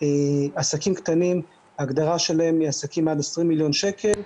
וההגדרה של עסקים קטנים היא עסקים עד 20 מיליון שקל.